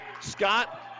Scott